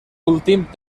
últim